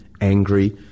angry